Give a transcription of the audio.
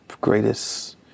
greatest